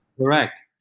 Correct